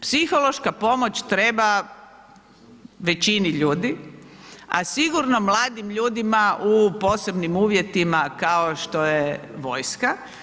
Psihološka pomoć treba većini ljudi a sigurno mladim ljudima u posebnim uvjetima kao što je vojska.